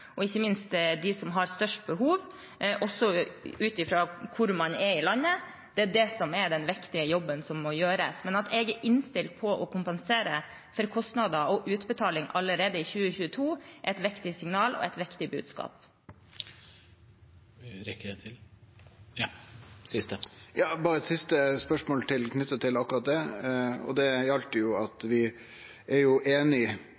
og ikke minst dem som har størst behov, også ut fra hvor man er i landet, er den viktige jobben som må gjøres. Men at jeg er innstilt på å kompensere for kostnader og utbetaling allerede i 2022, er et viktig signal og et viktig budskap. Eg har berre eit siste spørsmål knytt til akkurat det. I forbindelse med straumpakka var vi jo einige om at